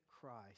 Christ